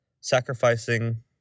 sacrificing